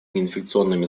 неинфекционными